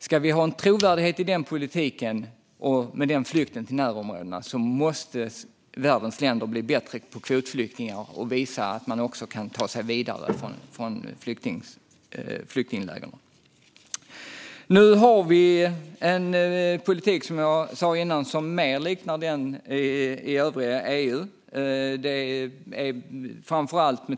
Om det ska bli trovärdighet i politiken med den nivån av flyktingar till närområdena måste världens länder bli bättre på att ta hand om kvotflyktingar och visa att de kan ta sig vidare från flyktinglägren. Nu råder en politik som mer liknar den i övriga EU.